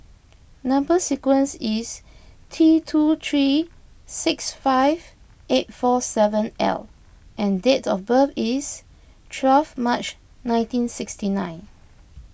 Number Sequence is T two three six five eight four seven L and date of birth is twelve March nineteen sixty nine